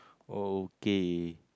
okay